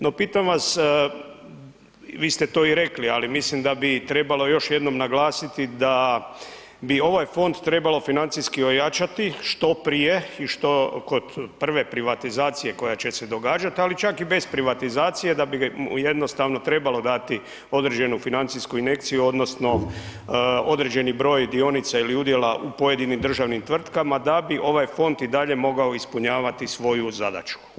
No pitam vas, vi ste to i rekli, ali mislim da bi trebalo još jednom naglasiti da bi ovaj fond trebalo financijski ojačati što prije i što, kod prve privatizacije koja će se događat, ali čak i bez privatizacije da bi mu jednostavno trebalo dati određenu financijsku injekciju odnosno određeni broj dionica ili udjela u pojedinim državnim tvrtkama da bi ovaj fond i dalje mogao ispunjavati svoju zadaću.